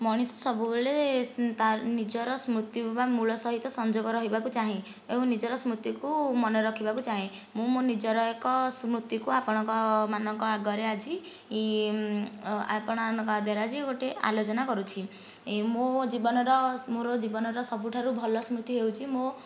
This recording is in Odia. ମଣିଷ ସବୁବେଳେ ତା ନିଜର ସ୍ମୃତି ବା ମୂଳ ସହିତ ସଂଯୋଗ ରହିବାକୁ ଚାହେଁ ଏବଂ ନିଜର ସ୍ମୃତିକୁ ମନେ ରଖିବାକୁ ଚାହେଁ ମୁଁ ମୋ ନିଜର ଏକ ସ୍ମୃତିକୁ ଆପଣଙ୍କମାନଙ୍କ ଆଗରେ ଆଜି ଆପଣଙ୍କ ଆଗରେ ଆଜି ଗୋଟିଏ ଆଲୋଚନା କରୁଛି ମୁଁ ମୋ ଜୀବନର ମୋର ଜୀବନର ସବୁଠାରୁ ଭଲ ସ୍ମୃତି ହେଉଛି ମୋ